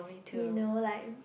he know like